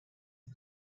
est